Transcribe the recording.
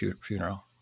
funeral